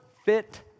fit